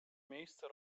miejsce